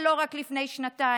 ולא רק לפני שנתיים.